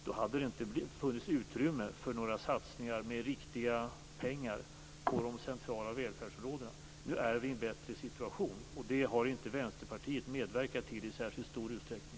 Då hade det inte funnits utrymme för några satsningar med riktiga pengar på de centrala välfärdsområdena. Nu är vi i en bättre situation, och det har inte Vänsterpartiet medverkat till i särskilt stor utsträckning.